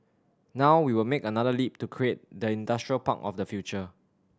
now we will make another leap to create the industrial park of the future